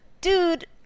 dude